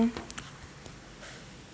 mm